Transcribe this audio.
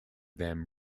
them